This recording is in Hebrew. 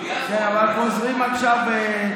אבל חוזרים עכשיו,